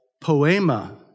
poema